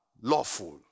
lawful